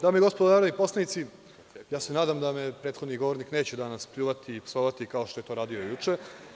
Dame i gospodo narodni poslanici, nadam se da me prethodni govornik neće danas pljuvati i psovati, kao što je to radio juče.